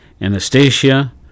Anastasia